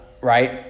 right